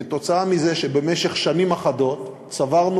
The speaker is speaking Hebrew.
כתוצאה מזה שבמשך שנים אחדות צברנו